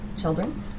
children